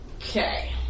Okay